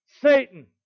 Satan